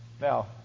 Now